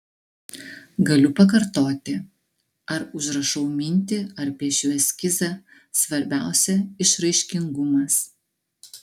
galiu pakartoti ar užrašau mintį ar piešiu eskizą svarbiausia išraiškingumas